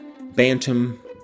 Bantam